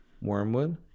Wormwood